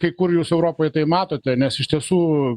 kai kur jūs europoj tai matote nes iš tiesų